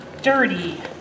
dirty